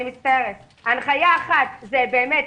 --- הנחייה אחת זה באמת